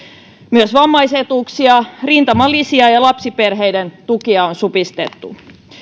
myös vammaisetuuksia rintamalisiä ja ja lapsiperheiden tukia on supistettu